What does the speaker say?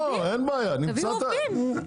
תביאו עובדים.